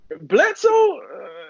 Bledsoe